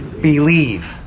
believe